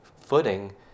footing